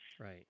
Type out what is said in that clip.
right